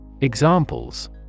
Examples